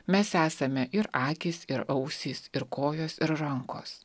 mes esame ir akys ir ausys ir kojos ir rankos